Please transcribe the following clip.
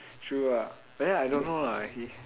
true ah but then I don't know lah he